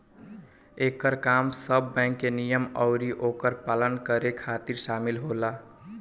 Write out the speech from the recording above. एकर काम सब बैंक के नियम अउरी ओकर पालन करावे खातिर शामिल होला